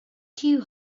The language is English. too